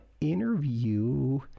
interview